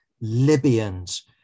Libyans